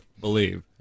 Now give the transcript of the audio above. believe